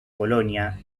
polonia